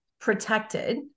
protected